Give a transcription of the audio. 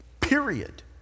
period